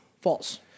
False